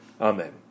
Amen